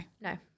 no